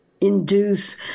induce